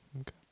Okay